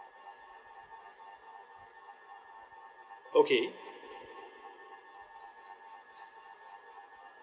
okay